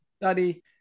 study